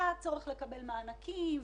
בצורך לקבל מענקים,